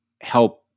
help